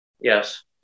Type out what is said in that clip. yes